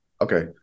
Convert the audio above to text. Okay